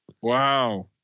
Wow